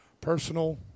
personal